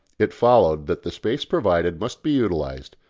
it followed that the space provided must be utilised,